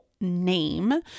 name